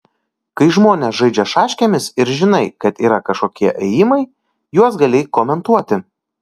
kai žmonės žaidžia šaškėmis ir žinai kad yra kažkokie ėjimai juos gali komentuoti